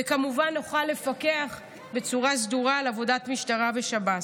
וכמובן נוכל לפקח בצורה סדורה על עבודת משטרה ושב"ס.